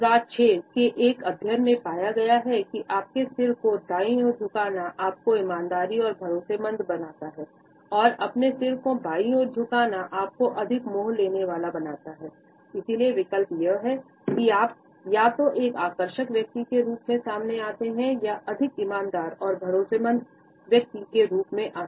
2006 के एक अध्ययन में पाया गया कि अपने सिर को दाईं ओर झुकाना आपको ईमानदार और भरोसेमंद बनाता है और अपने सिर को बाईं ओर झुकाना आपको अधिक मोह लेने वाला बनाता है इसलिए विकल्प यह है की आप या तो एक आकर्षक व्यक्ति के रूप में सामने आते है या अधिक ईमानदार और भरोसेमंद व्यक्ति के रूप में आते हैं